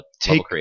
take